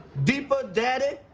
deepa daddy. mm.